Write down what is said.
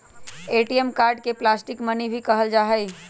ATM card के plastic money भी कहल जाहई